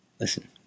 Listen